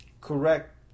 correct